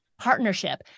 partnership